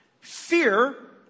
Fear